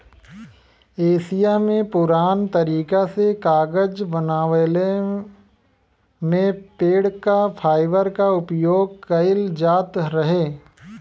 Asia में पुरान तरीका से कागज बनवले में पेड़ क फाइबर क उपयोग कइल जात रहे